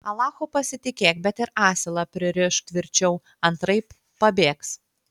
alachu pasitikėk bet ir asilą pririšk tvirčiau antraip pabėgs